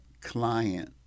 client